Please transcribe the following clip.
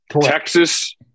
Texas